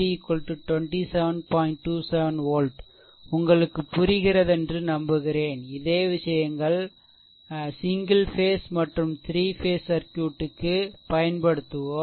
27 volt உங்களுக்கு புரிகிறதென்று நம்புகிறேன் இதே விஷயங்கள் தான் சிங்கிள் பேஸ் மற்றும் 3 பேஸ் சர்க்யூட் க்கு பயன்படுத்துவோம்